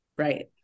Right